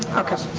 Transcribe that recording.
okay,